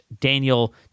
Daniel